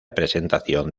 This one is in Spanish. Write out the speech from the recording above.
presentación